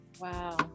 Wow